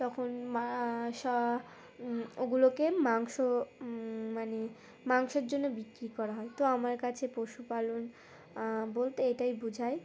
তখন ওগুলোকে মাংস মানে মাংসের জন্য বিক্রি করা হয় তো আমার কাছে পশুপালন বলতে এটাই বোঝায়